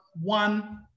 one